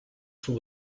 sont